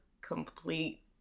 complete